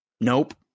Nope